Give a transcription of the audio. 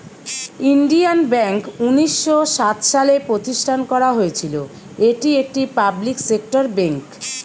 Indian bank উনিশ শ সাত সালে প্রতিষ্ঠান করা হয়েছিল, এটি একটি পাবলিক সেক্টর বেঙ্ক